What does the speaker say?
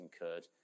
incurred